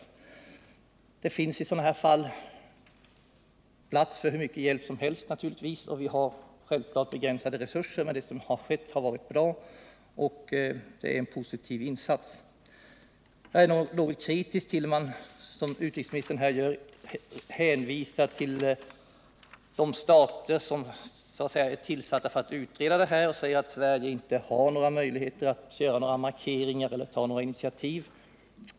Det finns naturligtvis i sådana här fall plats för hur mycket hjälp som - Nr 51 helst. Vi har självklart begränsade resurser, men positiva insatser har gjorts och det som skett har varit bra. Jag ställer mig dock något kritisk när utrikesministern här hänvisar till att frågan behandlas inom OAS och säger att Sverige inte har några möjligheter att göra några markeringar eller ta några initiativ.